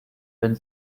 wenn